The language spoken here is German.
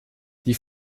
die